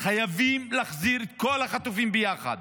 חייבים להחזיר את כל החטופים ביחד